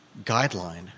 guideline